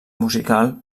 musical